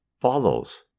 follows